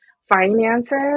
Finances